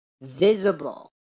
visible